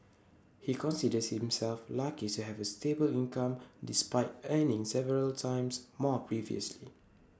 he considers himself luck's have A stable income despite earning several times more previously